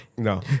No